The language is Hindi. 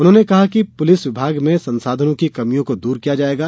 उन्होंने कहा कि पुलिस विभाग में संसाधनों की कमियों को दूर किया जायेगा